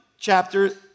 Chapter